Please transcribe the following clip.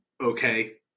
okay